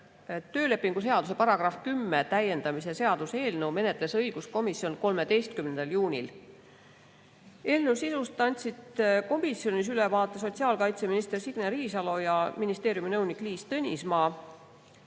Töölepingu seaduse § 10 täiendamise seaduse eelnõu menetles õiguskomisjon 13. juunil. Eelnõu sisust andsid komisjonis ülevaate sotsiaalkaitseminister Signe Riisalo ja ministeeriumi nõunik Liis Tõnismaa.